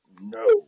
no